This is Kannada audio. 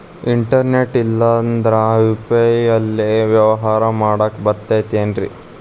ಇಂಟರ್ನೆಟ್ ಇಲ್ಲಂದ್ರ ಯು.ಪಿ.ಐ ಲೇ ವ್ಯವಹಾರ ಮಾಡಾಕ ಬರತೈತೇನ್ರೇ?